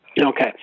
Okay